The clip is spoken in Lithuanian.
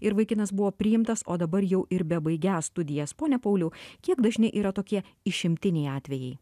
ir vaikinas buvo priimtas o dabar jau ir bebaigiąs studijas ponia pauliau kiek dažni yra tokie išimtiniai atvejai